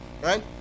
right